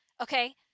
okay